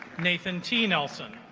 nathan t nelson